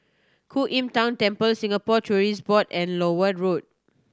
Ku Im Tng Temple Singapore Tourism Board and Lower Road